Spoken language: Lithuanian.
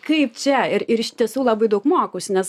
kaip čia ir ir iš tiesų labai daug mokausi nes